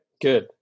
good